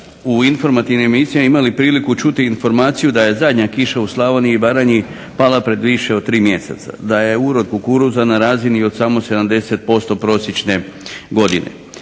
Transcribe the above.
u informativnim emisijama imali priliku čuti informaciju da je zadnja kiša u Slavoniji i Baranji pala pred više od tri mjeseca, da je urod kukuruza na razini od samo 70% prosječne godine.